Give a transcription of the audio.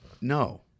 No